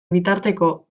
bitarteko